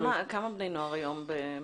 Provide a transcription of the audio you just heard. כמה בני נוער היום באופק?